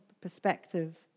perspective